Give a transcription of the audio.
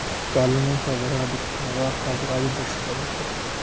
कल में खबर हा दिक्खा दा खबर आह्ले दस्सा दे हे